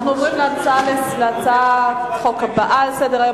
אנחנו עוברים להצעת חוק הבאה על סדר-היום: